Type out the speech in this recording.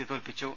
C തോൽപ്പിച്ചു